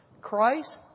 Christ